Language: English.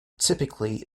typically